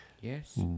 Yes